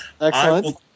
excellent